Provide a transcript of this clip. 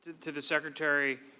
to the secretary,